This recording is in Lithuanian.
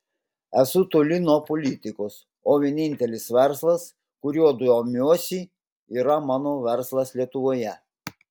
esu toli nuo politikos o vienintelis verslas kuriuo domiuosi yra mano verslas lietuvoje